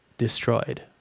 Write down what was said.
Destroyed